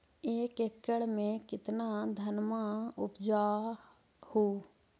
एक एकड़ मे कितना धनमा उपजा हू?